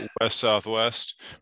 West-Southwest